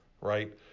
right